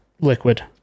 liquid